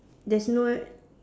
there's no w~